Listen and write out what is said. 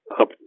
up